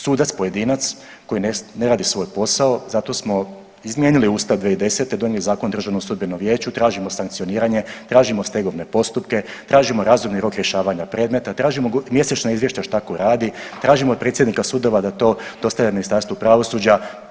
Sudac pojedinac koji ne radi svoj posao zato smo izmijenili Ustav 2010. donijeli Zakon o DSV-u, tražimo sankcioniranje, tražimo stegovne postupke, tražimo razumni rok rješavanja predmeta, tražimo mjesečno izvješće šta ko radi, tražimo od predsjednika sudova da to dostavlja Ministarstvu pravosuđa.